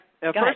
First